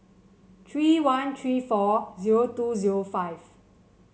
three one three four zero two zero five